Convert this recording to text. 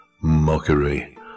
mockery